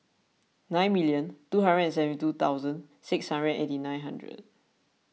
nine million two hundred and seventy two thousand six hundred and eighty nine hundred